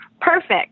perfect